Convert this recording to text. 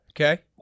Okay